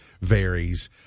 varies